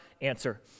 answer